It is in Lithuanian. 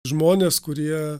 žmonės kurie